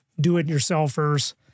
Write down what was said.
do-it-yourselfers